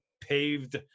paved